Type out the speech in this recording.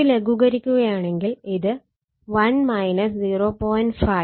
ഇത് ലഘൂകരിക്കുകയാണെങ്കിൽ ഇത് 1 0